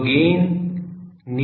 तो gain η into D होगा